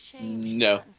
No